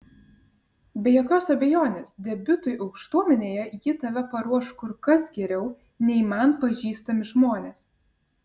be jokios abejonės debiutui aukštuomenėje ji tave paruoš kur kas geriau nei man pažįstami žmonės